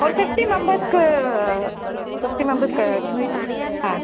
ஒரு ஃபிஃப்டி மெம்பர்ஸ்க்கு ஃபிஃப்டி மெம்பர்ஸ்க்கு ஆ